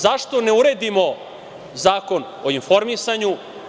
Zašto ne uredimo Zakon o informisanju?